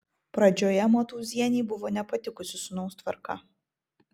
pradžioje matūzienei buvo nepatikusi sūnaus tvarka